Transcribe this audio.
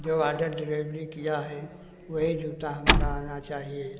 जो order delivery किया है वही जूता हमारा आना चाहिए